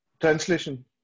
translation